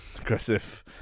Aggressive